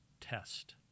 test